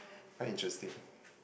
quite interesting